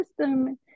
system